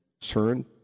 turn